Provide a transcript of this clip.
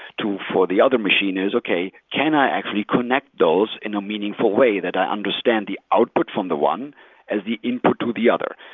two for the other machines. okay, can i actually connect those in a meaningful way that i understand understand the output from the one as the input to the other?